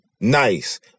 nice